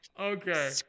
okay